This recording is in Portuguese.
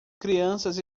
crianças